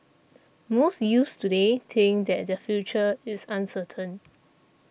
most youths today think that their future is uncertain